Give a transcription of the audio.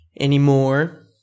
anymore